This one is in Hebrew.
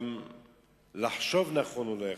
גם לחשוב נכון הוא לא יכול.